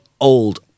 old